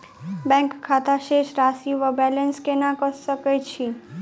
Bank खाता शेष राशि वा बैलेंस केना कऽ सकय छी?